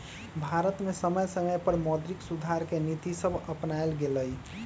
भारत में समय समय पर मौद्रिक सुधार के नीतिसभ अपानाएल गेलइ